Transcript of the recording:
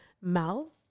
Mal